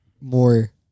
more